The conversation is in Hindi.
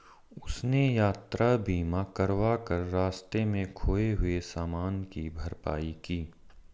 उसने यात्रा बीमा करवा कर रास्ते में खोए हुए सामान की भरपाई की